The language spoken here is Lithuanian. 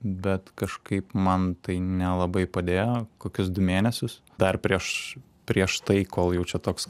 bet kažkaip man tai nelabai padėjo kokius du mėnesius dar prieš prieš tai kol jau čia toks